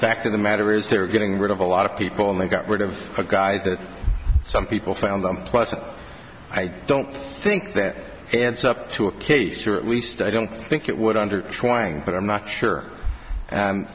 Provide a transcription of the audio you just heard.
fact of the matter is they're getting rid of a lot of people and they got rid of a guy that some people found them plus i don't think it's up to a case to at least i don't think it would under trying but i'm not sure